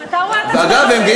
גם אתה רואה את עצמך כיהודי.